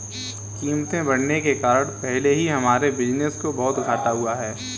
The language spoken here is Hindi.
कीमतें बढ़ने के कारण पहले ही हमारे बिज़नेस को बहुत घाटा हुआ है